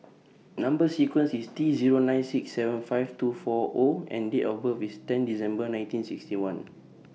Number sequence IS T Zero nine six seven five two four O and Date of birth IS ten December nineteen sixty one